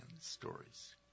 stories